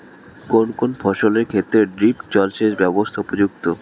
কোন কোন ফসলের ক্ষেত্রে ড্রিপ জলসেচ ব্যবস্থা উপযুক্ত?